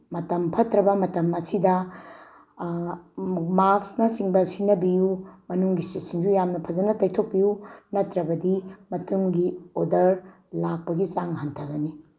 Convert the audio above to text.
ꯃꯇꯝ ꯐꯠꯇ꯭ꯔꯕ ꯃꯇꯝ ꯑꯁꯤꯗ ꯃꯥꯛꯁꯅ ꯆꯤꯡꯕ ꯁꯤꯖꯤꯟꯅꯕꯤꯌꯨ ꯃꯅꯨꯡꯒꯤ ꯁꯤꯠꯁꯤꯡꯁꯨ ꯌꯥꯝ ꯐꯖꯅ ꯇꯩꯊꯣꯛꯄꯤꯌꯨ ꯅꯠꯇ꯭ꯔꯕꯗꯤ ꯃꯇꯨꯡꯒꯤ ꯑꯣꯗꯔ ꯂꯥꯛꯄꯒꯤ ꯆꯥꯡ ꯍꯟꯊꯒꯅꯤ